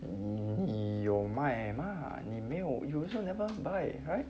你有买 mah 你没有 you also never buy right